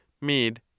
made